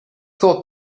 thought